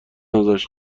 ازش